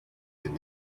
their